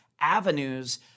avenues